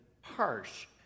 harsh